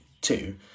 Two